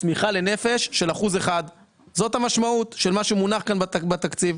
צמיחה לנפש של 1%. זאת המשמעות של מה שמונח כאן בתקציב.